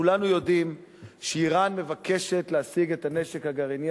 כולנו יודעים שאירן מבקשת להשיג את הנשק הגרעיני